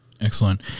Excellent